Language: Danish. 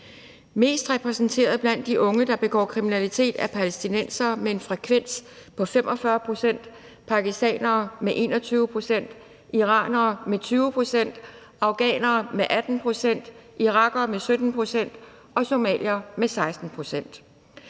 Mest repræsenterede blandt de unge, der begår kriminalitet, er palæstinensere med en frekvens på 45 pct., pakistanere med 21 pct., iranere med 20 pct., afghanere med 18 pct., irakere med 17 pct. og somaliere med 16